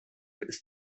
ist